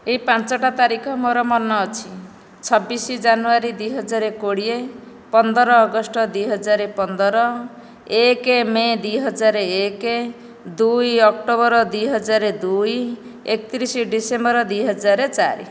ଏଇ ପାଞ୍ଚଟା ତାରିଖ ମୋର ମନେ ଅଛି ଛବିଶ ଜାନୁଆରୀ ଦୁଇ ହଜାରେ କୋଡ଼ିଏ ପନ୍ଦର ଅଗଷ୍ଟ ଦୁଇ ହଜାରେ ପନ୍ଦର ଏକ ମେ ଦୁଇ ହଜାର ଏକ ଦୁଇ ଅକ୍ଟୋବର ଦୁଇ ହଜାର ଦୁଇ ଏକତିରିଶ ଡିସେମ୍ବର ଦୁଇ ହଜାରେ ଚାରି